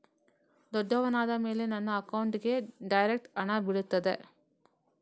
ದೊಡ್ಡವನಾದ ಮೇಲೆ ನನ್ನ ಅಕೌಂಟ್ಗೆ ಡೈರೆಕ್ಟ್ ಹಣ ಬೀಳ್ತದಾ?